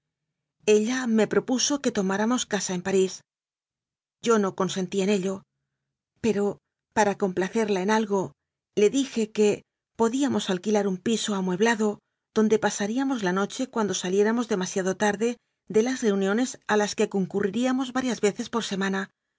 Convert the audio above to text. ella me propuso que tomáramos casa en parís yo no con sentí en ello pero para complacerla en algo le dije que podíamos alquilar un piso amueblado donde pasaríamos la noche cuando saliéramos de masiado tarde de las reuniones a que concurría mos varias veces por semana